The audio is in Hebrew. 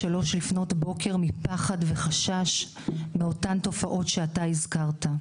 שלוש לפנות בוקר מפחד ומחשש מאותן תופעות שאתה הזכרת,